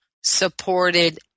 supported